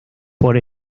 por